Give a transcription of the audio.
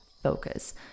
Focus